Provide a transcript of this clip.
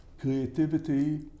Creativity